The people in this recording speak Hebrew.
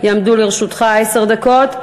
יעמדו לרשותך עשר דקות.